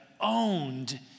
owned